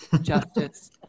justice